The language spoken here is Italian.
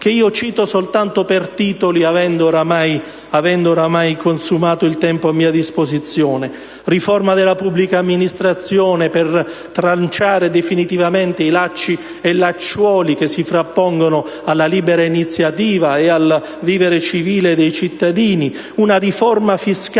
che cito soltanto per titoli avendo oramai consumato il tempo a mia disposizione. Una riforma della pubblica amministrazione per tranciare definitivamente i lacci e lacciuoli che si frappongono alla libera iniziativa e al vivere civile dei cittadini; una riforma fiscale